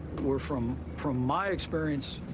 were from from my experience,